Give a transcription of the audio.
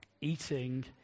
Eating